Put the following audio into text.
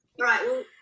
right